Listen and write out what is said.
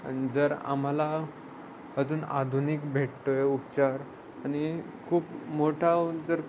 आणि जर आम्हाला अजून आधुनिक भेटतो आहे उपचार आणि खूप मोठा जर